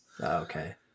okay